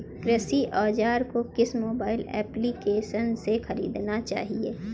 कृषि औज़ार को किस मोबाइल एप्पलीकेशन से ख़रीदना चाहिए?